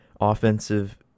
offensive